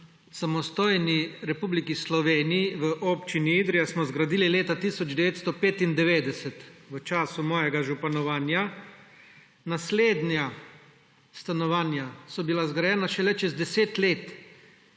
samostojni Republiki Sloveniji v Občini Idrija smo zgradili leta 1995 v času mojega županovanja. Naslednja stanovanja so bila zgrajena šele čez 10 let,